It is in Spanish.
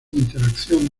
interacción